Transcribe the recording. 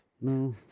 No